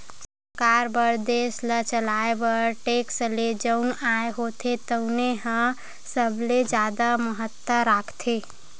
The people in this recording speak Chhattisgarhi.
सरकार बर देस ल चलाए बर टेक्स ले जउन आय होथे तउने ह सबले जादा महत्ता राखथे